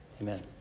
Amen